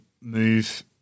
move